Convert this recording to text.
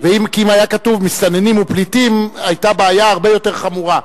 כי אם היה כתוב "מסתננים ופליטים" היתה בעיה הרבה יותר חמורה.